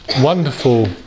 wonderful